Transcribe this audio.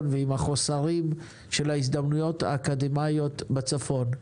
ועם החוסר של ההזדמנויות האקדמאיות בצפון.